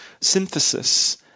synthesis